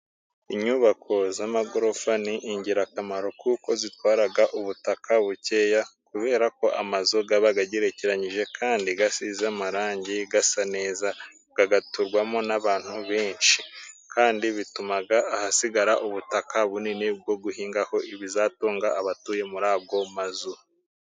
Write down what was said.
Inyubako z'amagorofa ni ingirakamaro，kuko zitwara ubutaka bukeya， kubera ko amazu yabaga agerekeranyije，kandi asize n'amarangi asa neza，agaturwamo n'abantu benshi，kandi bituma hasigara ubutaka bunini bwo guhinga ，ibizatunga abatuye muri ayo mazu.